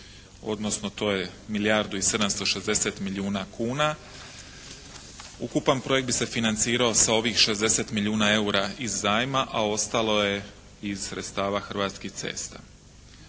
Odnosno to je milijardu i 760 milijuna kuna. Ukupan projekt bi se financirao sa ovih 60 milijuna eura iz zajma, a ostalo je iz sredstava Hrvatskih cesta.